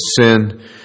sin